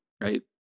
Right